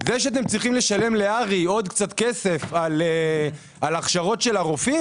זה שאתם צריכים לשלם להרי עוד קצת כסף על הכשרות הרופאים